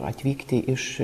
atvykti iš